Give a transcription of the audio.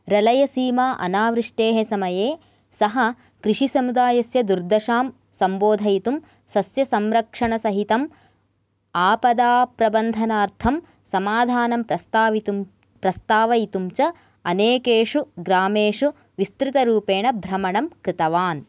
रलयसीमा अनावृष्टेः समये सः कृषिसमुदायस्य दुर्दशां सम्बोधयितुं सस्यसंरक्षणसहितम् आपदाप्रबन्धनार्थं समाधानं प्रस्तावयितुं च अनेकेषु ग्रामेषु विस्तृतरूपेण भ्रमणं कृतवान्